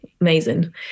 Amazing